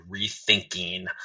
rethinking